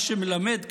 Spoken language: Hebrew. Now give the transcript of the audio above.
מה שמלמד,